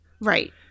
right